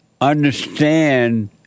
understand